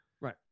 Right